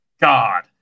God